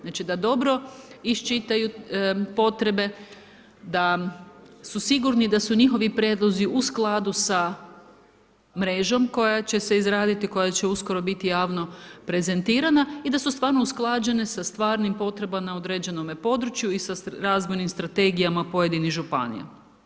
Znači, da dobro iščitaju potrebe, da su sigurni da su njihovi prijedlozi u skladu sa mrežom koja će se izraditi, koja će uskoro biti javno prezentirana i da su stvarno usklađene sa stvarnim potrebama na određenome području i sa razvojnim strategijama pojedinih županija.